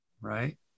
Right